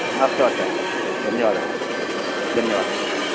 अस्तु आचार्य धन्यवादः धन्यवादः ह्म्